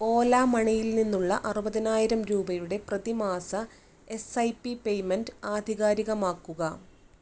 ഓലാമണിയിൽ നിന്നുള്ള അറുപതിനായിരം രൂപയുടെ പ്രതിമാസ എസ് ഐ പി പേയ്മെൻറ്റ് ആധികാരികമാക്കുക